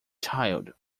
child